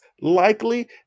likely